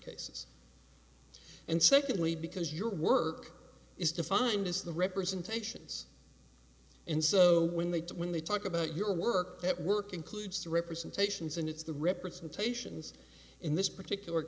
cases and secondly because your work is defined as the representations and so when they do when they talk about your work at work includes the representations and it's the representations in this particular